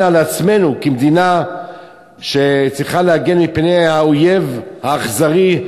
על עצמנו כמדינה שצריכה להגן על עצמה מפני האויב האכזרי,